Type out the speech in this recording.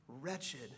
wretched